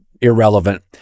irrelevant